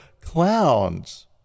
clowns